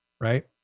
Right